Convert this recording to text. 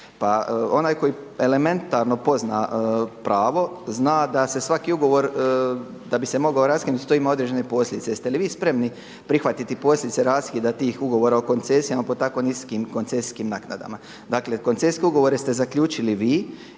Pa onaj koji elementarno pozna pravo zna da se svaki ugovor da bi se mogao raskinuti to ima određene posljedice. Jeste li vi spremni prihvatiti posljedice raskida tih ugovora o koncesijama po tako niskim koncesijskim naknadama? Dakle koncesijske ugovore ste zaključili vi